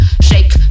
Shake